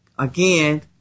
again